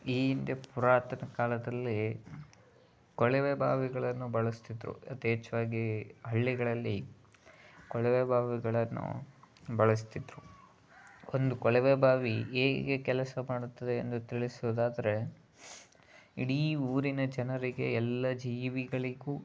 ಈ ಹಿಂದೆ ಪುರಾತನ ಕಾಲದಲ್ಲಿ ಕೊಳವೆ ಬಾವಿಗಳನ್ನು ಬಳಸ್ತಿದ್ದರು ಯಥೇಚ್ಛವಾಗಿ ಹಳ್ಳಿಗಳಲ್ಲಿ ಕೊಳವೆ ಬಾವಿಗಳನ್ನು ಬಳಸ್ತಿದ್ದರು ಒಂದು ಕೊಳವೆ ಬಾವಿ ಹೇಗೆ ಕೆಲಸ ಮಾಡುತ್ತದೆ ಎಂದು ತಿಳಿಸುದಾದರೆ ಇಡೀ ಊರಿನ ಜನರಿಗೆ ಎಲ್ಲ ಜೀವಿಗಳಿಗೂ